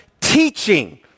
teaching